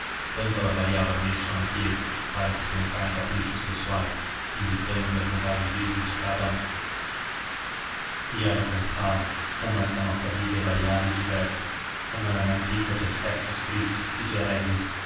tanto ela variava neste ou naquele para se pensar em caprichos pessoais em ditames das vontades livres de cada um e ela pensava como esta nossa vida é variada e diversa como ela é mais rica de aspectos tristes que de alegres